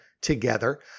together